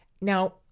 Now